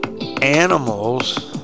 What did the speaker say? animals